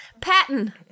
Patton